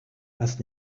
was